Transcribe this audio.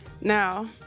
Now